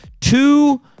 two